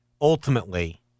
ultimately